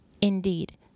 Indeed